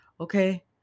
okay